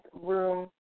room